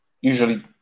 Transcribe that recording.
usually